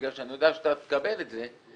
בגלל שאני יודע שאתה תקבל את זה,